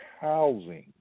housing